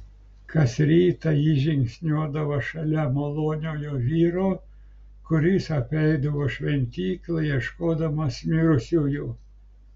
kas rytą ji žingsniuodavo šalia maloniojo vyro kuris apeidavo šventyklą ieškodamas mirusiųjų